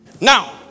Now